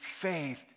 faith